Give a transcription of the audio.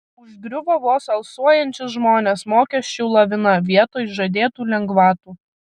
užgriuvo vos alsuojančius žmones mokesčių lavina vietoj žadėtų lengvatų